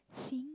sing